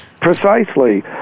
Precisely